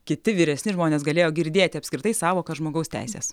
kiti vyresni žmonės galėjo girdėti apskritai sąvoką žmogaus teisės